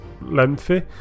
lengthy